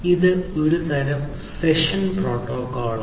ഇത് ഒരുതരം സെഷൻ പ്രോട്ടോക്കോളാണ്